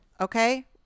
okay